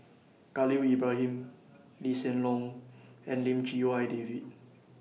Khalil Ibrahim Lee Hsien Loong and Lim Chee Wai David